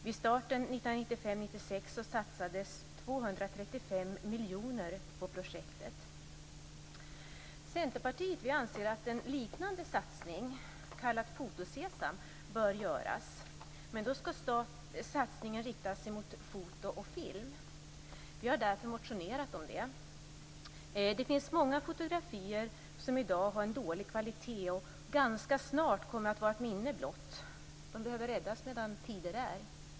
Vid starten 1995/96 satsades 235 miljoner kronor på projektet. Vi i Centerpartiet anser att en liknande satsning, kallad Foto-Sesam, bör göras men då skall satsningen riktas mot foto och film. Vi har därför motionerat om det. Det finns många fotografier som i dag har dålig kvalitet och som ganska snart kommer att vara ett minne blott. Dessa behöver räddas medan tid är.